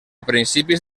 principis